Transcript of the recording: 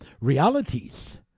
realities